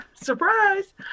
surprise